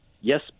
Yes